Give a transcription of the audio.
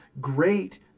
great